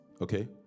okay